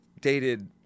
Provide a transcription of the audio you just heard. dated